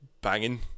banging